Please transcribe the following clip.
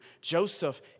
Joseph